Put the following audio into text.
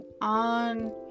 on